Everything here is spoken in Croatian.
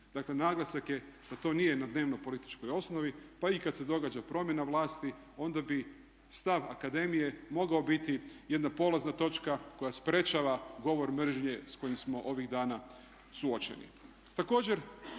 Dakle, naglasak je da to nije na dnevno-političkoj osnovi, pa i kad se događa promjena vlasti onda bi stav akademije mogao biti jedna polazna točka koja sprječava govor mržnje s kojim smo ovih dana suočeni.